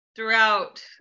throughout